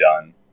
done